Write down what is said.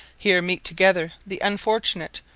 here meet together the unfortunate,